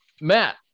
Matt